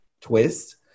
twist